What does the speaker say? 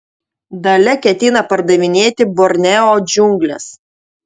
dalia ketina pardavinėti borneo džiungles